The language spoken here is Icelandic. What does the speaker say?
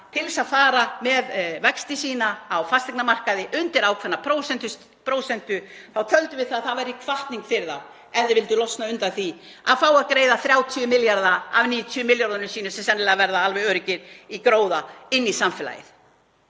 til þess að fara með vexti sína á fasteignamarkaði undir ákveðna prósentu þá töldum við að það væri hvatning fyrir þá ef þeir vildu losna undan því að greiða 30 milljarða af 90 milljörðunum sínum, sem sennilega verða alveg öruggir í gróða, inn í samfélagið,